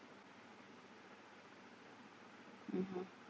(uh huh)